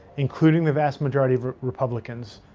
including the vast majority of republicans,